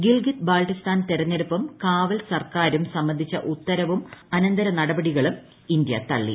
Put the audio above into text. ഗിൽഗിത് ബാൾട്ടിസ്ഥാൻ തെരഞ്ഞെടുപ്പും കാവൽസർക്കാരും സംബന്ധിച്ച ഉത്തരവും അനന്തര നടപടികളും ഇന്ത്യ തള്ളി